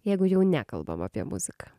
jeigu jau nekalbam apie muziką